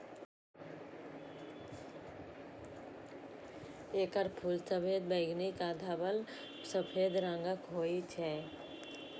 एकर फूल सफेद, बैंगनी आ धवल सफेद रंगक होइ छै